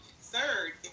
Third